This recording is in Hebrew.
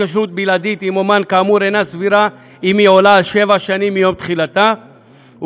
אם היא עולה על שבע שנים מיום תחילתה,